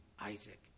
Isaac